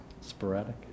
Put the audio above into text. sporadic